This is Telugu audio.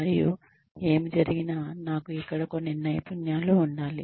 మరియు ఏమి జరిగినా నాకు ఇక్కడ కొన్ని నైపుణ్యాలు ఉండాలి